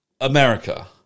America